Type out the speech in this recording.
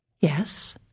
Yes